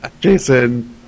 Jason